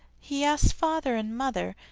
he asked father and mother,